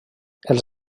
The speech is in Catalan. els